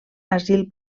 asil